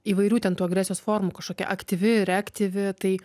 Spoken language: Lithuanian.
įvairių ten tų agresijos formų kažkokia aktyvi reaktyvi tai